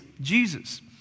Jesus